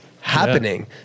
happening